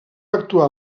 actuar